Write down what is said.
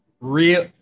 Real